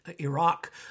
Iraq